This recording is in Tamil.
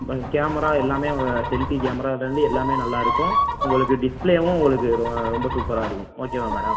கேமரா எல்லாமே செல்ஃபி கேமராவிலேந்து எல்லாமே நல்லாயிருக்கும் உங்களுக்கு டிஸ்பிலேவும் உங்களுக்கு ரொ ரொம்ப சூப்பராக இருக்கும் ஓகேவா மேடம்